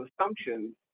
assumptions